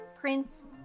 Prince